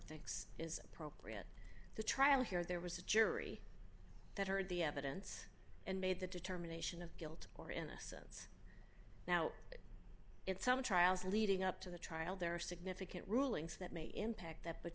thinks is appropriate the trial here there was a jury that heard the evidence and made the determination of guilt or innocence now it's some trials leading up to the trial there are significant rulings that may impact that but